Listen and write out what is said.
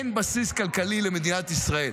אין בסיס כלכלי למדינת ישראל.